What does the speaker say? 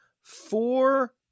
four